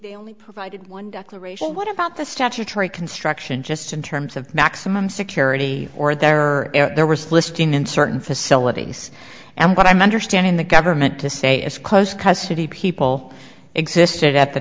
they only provided one declaration what about the statutory construction just in terms of maximum security or they're at their worst listing in certain facilities and what i'm understanding the government to say is close custody people existed at the